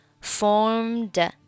formed